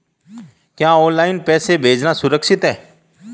क्या ऑनलाइन पैसे भेजना सुरक्षित है?